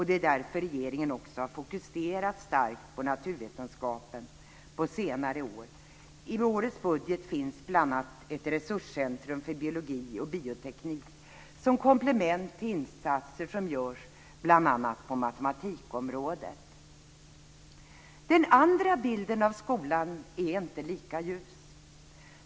Det är därför regeringen också har fokuserat starkt på naturvetenskapen på senare år. I årets budget finns bl.a. ett resurscentrum för biologi och bioteknik som komplement till insatser som görs bl.a. på matematikområdet. Den andra bilden av skolan är inte lika ljus.